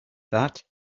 that